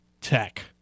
Tech